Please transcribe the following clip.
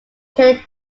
ken